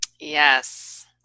Yes